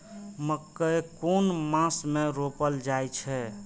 मकेय कुन मास में रोपल जाय छै?